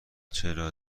چرا